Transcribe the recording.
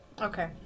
Okay